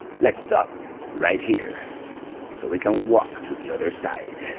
let's stop right here so we can walk to the other side.